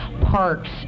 parks